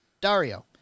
Dario